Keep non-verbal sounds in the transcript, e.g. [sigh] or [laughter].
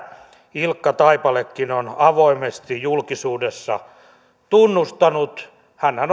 ilkka taipalekin on avoimesti julkisuudessa tunnustanut hänhän [unintelligible]